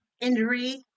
injury